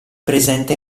presenta